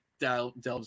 delves